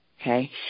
Okay